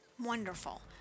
wonderful